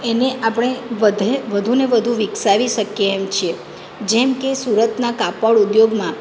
એને આપણે વધે વધુને વધુ વિકસાવી શકીએ એમ છીએ જેમ કે સુરતના કાપડ ઉદ્યોગમાં